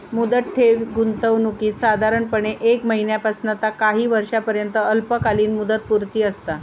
मुदत ठेवी गुंतवणुकीत साधारणपणे एक महिन्यापासना ता काही वर्षांपर्यंत अल्पकालीन मुदतपूर्ती असता